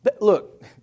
Look